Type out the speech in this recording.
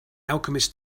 alchemist